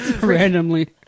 Randomly